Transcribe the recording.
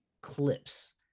clips